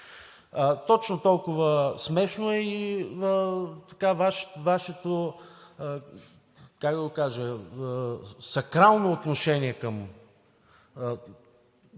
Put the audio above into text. Точно толкова смешно е и Вашето, как да го кажа, сакрално отношение към един